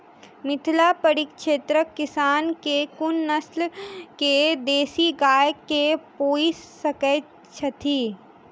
मिथिला परिक्षेत्रक किसान केँ कुन नस्ल केँ देसी गाय केँ पोइस सकैत छैथि?